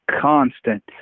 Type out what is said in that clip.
constant